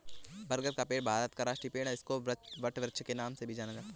बरगद का पेड़ भारत का राष्ट्रीय पेड़ है इसको वटवृक्ष के नाम से भी जाना जाता है